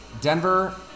Denver